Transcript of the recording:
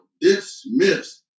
dismissed